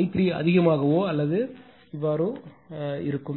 I3 அதிகமாகவோ அல்லது அதே போலவோ இருக்கும்